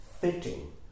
fitting